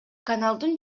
каналдын